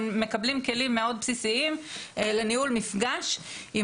הם מקבלים כלים מאוד בסיסיים לניהול מפגש עם